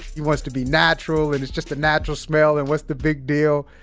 he wants to be natural and it's just a natural smell and what's the big deal.